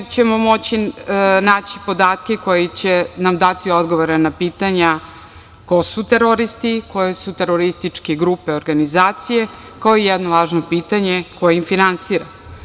U njoj ćemo moći naći podatke koji će nam dati odgovore na pitanja – ko su teroristi, koje su terorističke grupe, organizacije, kao i jedno važno pitanje – ko ih finansira?